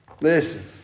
Listen